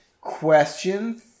question